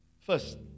first